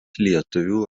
lietuvių